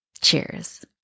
Cheers